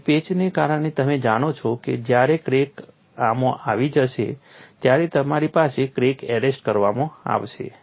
તેથી પેચને કારણે તમે જાણો છો કે જ્યારે ક્રેક આમાં આવી જશે ત્યારે તમારી પાસે ક્રેક એરેસ્ટ કરવામાં આવશે